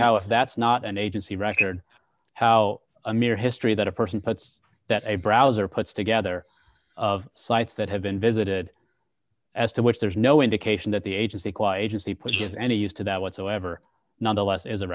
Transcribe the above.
house that's not an agency record how a mere history that a person puts that a browser puts together of sites that have been visited as to which there's no indication that the agency quite as he pushes any use to that whatsoever nonetheless as a